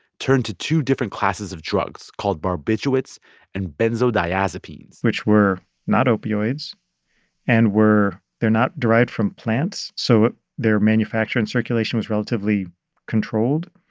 turned to two different classes of drugs called barbiturates and benzodiazepines which were not opioids and were they're not derived from plants, so their manufacture and circulation was relatively controlled.